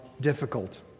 difficult